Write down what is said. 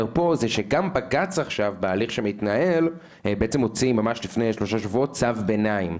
פה זה שגם בג"צ בהליך שמתנהל הוציא לפני שלושה שבועות צו ביניים.